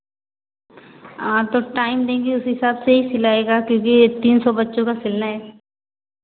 वह तो टाइम देंगी उस हिसाब से ही सिलाएगा क्योंकि तीन सौ बच्चों का सिलना है